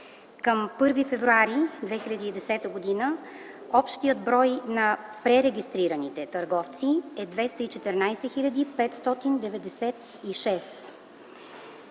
Към 1 февруари 2010 г. общият брой на пререгистрираните търговци е 214 хил.